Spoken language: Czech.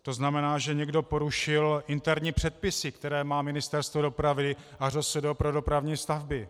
To znamená, že někdo porušil interní předpisy, které má Ministerstvo dopravy a ŘSD pro dopravní stavby.